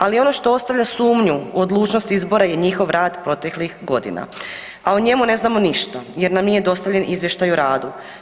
Ali ono što ostavlja sumnju u odlučnost izbora je njihov rad proteklih godina a o njemu ne znamo ništa jer nam nije dostavljen izvještaj o radu.